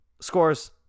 scores